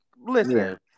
listen